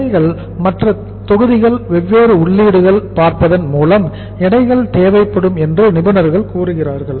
எடைகள் மற்றும் தொகுதிகள் வெவ்வேறு உள்ளீடுகளை பார்ப்பதன் மூலம் எடைகள் தேவைப்படும் என்று நிபுணர்கள் கூறுகிறார்கள்